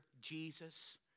Jesus